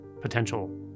potential